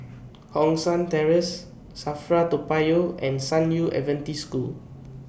Hong San Terrace SAFRA Toa Payoh and San Yu Adventist School